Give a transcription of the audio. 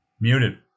Muted